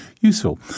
useful